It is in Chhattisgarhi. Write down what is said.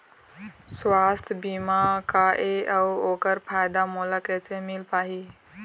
सुवास्थ बीमा का ए अउ ओकर फायदा मोला कैसे मिल पाही?